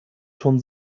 schon